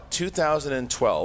2012